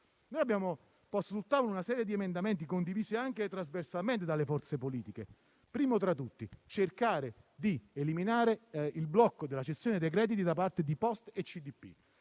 Noi abbiamo posto sul tavolo una serie di emendamenti, condivisi anche trasversalmente dalle forze politiche: il primo obiettivo tra tutti era cercare di eliminare il blocco della cessione dei crediti da parte di Poste e